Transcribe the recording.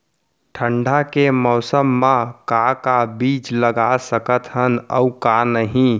ठंडा के मौसम मा का का बीज लगा सकत हन अऊ का नही?